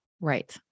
Right